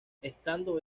estando